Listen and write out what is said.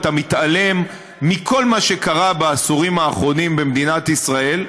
אתה מתעלם מכל מה שקרה בעשורים האחרונים במדינת ישראל.